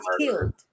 killed